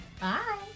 Bye